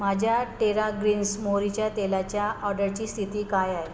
माझ्या Terra Greens मोहरीच्या तेलाच्या ऑर्डरची स्थिती काय आहे